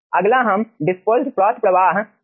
अगला हम dispersed froth प्रवाह देखते हैं